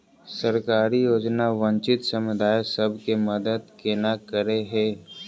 सरकारी योजना वंचित समुदाय सब केँ मदद केना करे है?